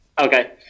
Okay